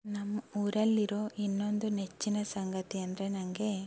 ನಮ್ಮ ಊರಲ್ಲಿರೋ ಇನ್ನೊಂದು ನೆಚ್ಚಿನ ಸಂಗತಿ ಅಂದರೆ ನನಗೆ